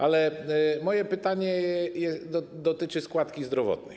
Ale moje pytanie dotyczy składki zdrowotnej.